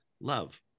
love